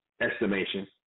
estimation